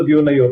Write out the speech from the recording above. הזאת.